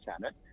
Senate